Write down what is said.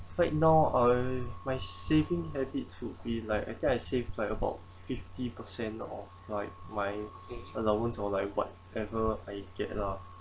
right now uh my saving habit should be like I think I save like about fifty per cent of like my allowance or like whatever I get lah